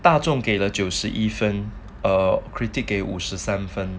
大众给了九十一分 err critic 给五十三分